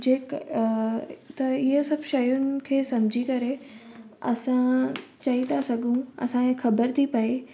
जे त ईअं सभु शयुनि खे सम्झी करे असां चई था सघूं असांखे ख़बर थी पए